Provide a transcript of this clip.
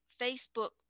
Facebook